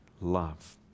love